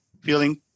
feeling